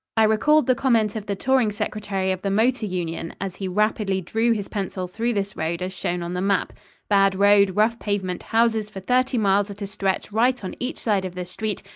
i recalled the comment of the touring secretary of the motor union as he rapidly drew his pencil through this road as shown on the map bad road, rough pavement, houses for thirty miles at a stretch right on each side of the street,